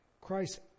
Christ